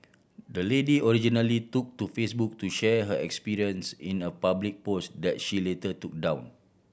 the lady originally took to Facebook to share her experience in a public post that she later took down